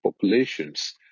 populations